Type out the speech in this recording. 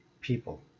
people